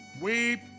weep